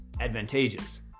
advantageous